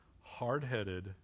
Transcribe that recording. hard-headed